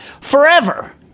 forever